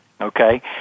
Okay